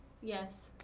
Yes